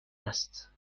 است